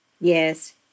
Yes